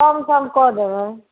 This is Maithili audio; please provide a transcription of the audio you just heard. हम कम कऽ देबै